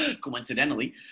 coincidentally